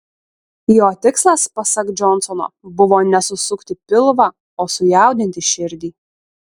jo tikslas pasak džonsono buvo ne susukti pilvą o sujaudinti širdį